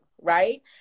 right